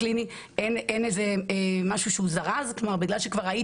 אם אנחנו מנסים להשוות בין הקנאבינואידים או מוצרי הקנאביס